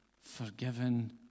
forgiven